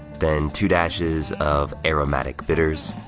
then two dashes of aromatic bitters.